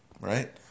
right